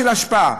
של אשפה.